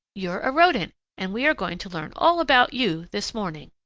you're a rodent, and we are going to learn all about you this morning.